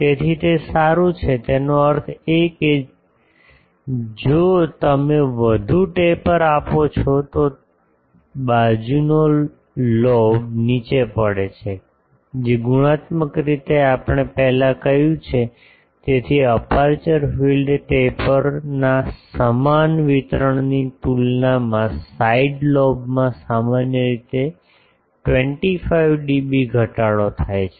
તેથી તે સારું છે તેનો અર્થ એ કે જો તમે વધુ ટેપર આપો છો તો બાજુનો લોબ નીચે પડે છે જે ગુણાત્મક રીતે આપણે પહેલા કહ્યું છે તેથી અપેર્ચર ફિલ્ડ ટેપરના સમાન વિતરણની તુલનામાં સાઇડ લોબમાં સામાન્ય રીતે 25 ડીબી ઘટાડો થાય છે